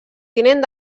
tinent